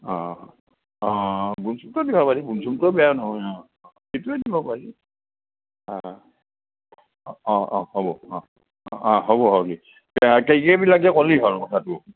অঁ অঁ বনচুমটো দিব পাৰি বনচুমটোও বেয়া নহয় অঁ অঁ সেইটোৱে দিব পাৰি অঁ অঁ অঁ অঁ হ'ব অঁ অঁ অঁ হ'ব হ' কেই কেবি লাগে ক'লি হয় আৰু কথাটো